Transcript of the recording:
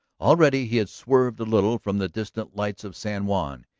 already he had swerved a little from the distant lights of san juan.